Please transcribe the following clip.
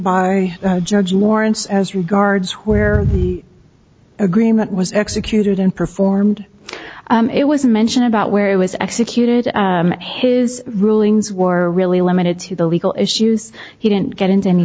by judge lawrence as regards where the agreement was executed and performed it was a mention about where it was executed his rulings were really limited to the legal issues he didn't get into any